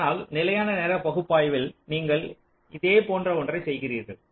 அதனால் நிலையான நேரப் பகுப்பாய்வியில் நீங்கள் இதேபோன்ற ஒன்றைச் செய்கிறீர்கள்